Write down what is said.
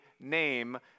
name